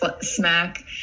smack